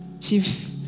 chief